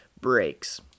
breaks